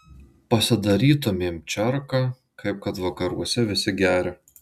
pasidarytumėm čerką kaip kad vakaruose visi geria